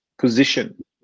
position